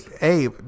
Hey